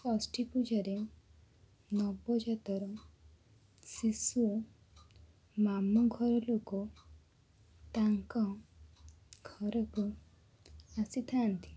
ଷଷ୍ଠୀପୂଜାରେ ନବଜାତର ଶିଶୁ ମାମୁଁଘର ଲୋକ ତାଙ୍କ ଘରକୁ ଆସିଥାନ୍ତି